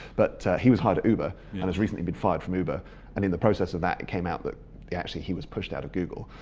but he was hired at uber and has recently been fired from uber and in the process of that it came out that actually he was pushed out of google,